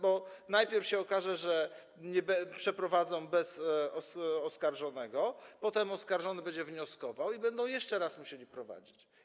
Bo najpierw się okaże, że przeprowadzą bez oskarżonego, potem oskarżony będzie wnioskował i będą jeszcze raz musieli przeprowadzać.